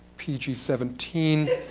pg seventeen.